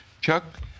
Chuck